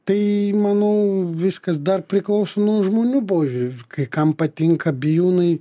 tai manau viskas dar priklauso nuo žmonių požiūrių kai kam patinka bijūnai